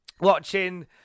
watching